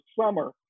summer